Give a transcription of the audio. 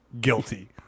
Guilty